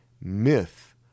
myth